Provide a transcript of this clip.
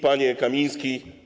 Panie Kamiński!